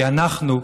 כי אנחנו,